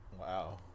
Wow